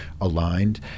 aligned